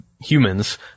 humans